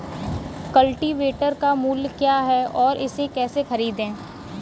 Cultivator का मूल्य क्या है और इसे कैसे खरीदें?